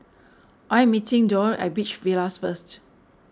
I am meeting Doyle at Beach Villas first